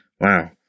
Wow